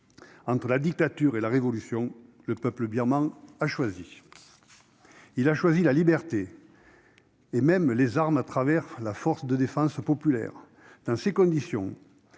Entre la dictature et la révolution, le peuple birman a choisi. Il a choisi la liberté, et même les armes à travers la « force de défense populaire ». Dans ces conditions,